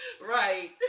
Right